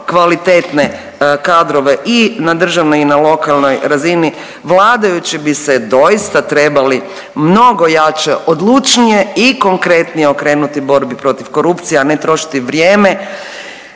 kvalitetne kadrove i na državnoj i na lokalnoj razini vladajući bi se doista trebali mnogo jače, odlučnije i konkretnije okrenuti borbi protiv korupcije, a ne trošiti vrijeme